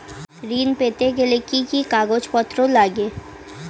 ঋণ পেতে গেলে কি কি কাগজপত্র লাগে?